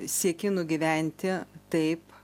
sieki nugyventi taip